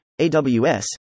AWS